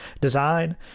design